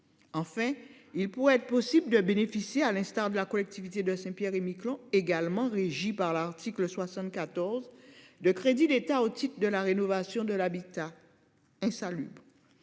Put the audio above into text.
En fait, il pourrait être possible de bénéficier, à l'instar de la collectivité de Saint-Pierre-et-Miquelon également régies par l'article 74 de crédit, l'État au titre de la rénovation de l'habitat insalubre.